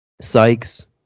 Sykes